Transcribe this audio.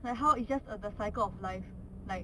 like how it's just uh the cycle of life like